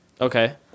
Okay